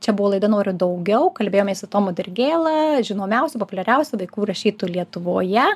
čia buvo laida noriu daugiau kalbėjomės su tomu dirgėla žinomiausiu populiariausiu vaikų rašytu lietuvoje